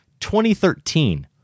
2013